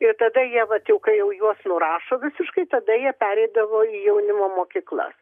ir tada jie vat jau kai jau juos nurašo visiškai tada jie pereidavo į jaunimo mokyklas